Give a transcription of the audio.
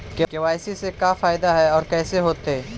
KYC से का फायदा है और कैसे होतै?